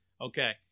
Okay